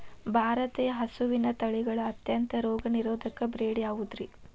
ಭಾರತೇಯ ಹಸುವಿನ ತಳಿಗಳ ಅತ್ಯಂತ ರೋಗನಿರೋಧಕ ಬ್ರೇಡ್ ಯಾವುದ್ರಿ?